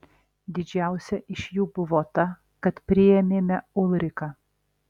didžiausia iš jų buvo ta kad priėmėme ulriką